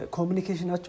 Communication